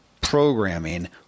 programming